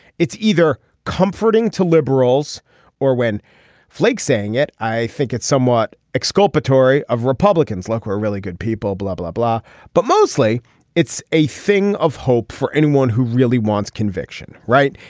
it's either comforting to liberals or when flake saying it. i think it's somewhat exculpatory of republicans like we're really good people blah blah blah but mostly it's a thing of hope for anyone who really wants conviction right.